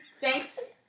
thanks